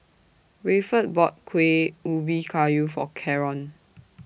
Rayford bought Kuih Ubi Kayu For Caron